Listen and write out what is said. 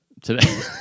Today